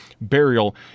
burial